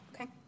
Okay